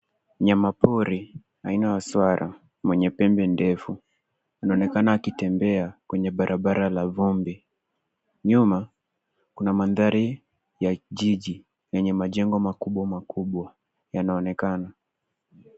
Mnyama pori, aina wa swara ,mwenye pembe ndefu anaonekana akitembea, kwenye barabara la vumbi. Nyuma kuna mandhari ya jiji, lenye majengo makubwa makubwa yanaonekana.